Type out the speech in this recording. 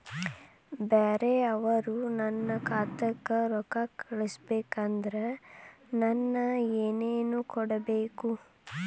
ಬ್ಯಾರೆ ಅವರು ನನ್ನ ಖಾತಾಕ್ಕ ರೊಕ್ಕಾ ಕಳಿಸಬೇಕು ಅಂದ್ರ ನನ್ನ ಏನೇನು ಕೊಡಬೇಕು?